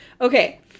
Okay